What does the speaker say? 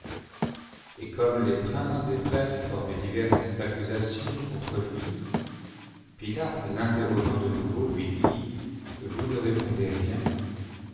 or comme les princes des prêtres formaient diverses accusations contre lui pilote l'interrogeant de nouveau lui dit vous ne répondez rien